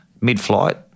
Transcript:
mid-flight